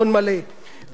חברי חברי הכנסת,